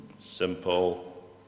simple